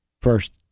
First